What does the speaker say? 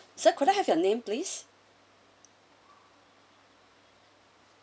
sir could I have your name please